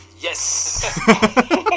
yes